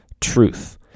truth